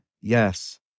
Yes